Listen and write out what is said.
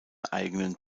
eigenen